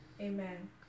amen